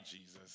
Jesus